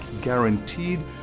guaranteed